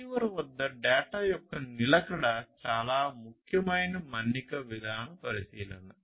receiver వద్ద data యొక్క నిలకడ చాలా ముఖ్యమైన మన్నిక విధాన పరిశీలన